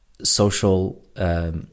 social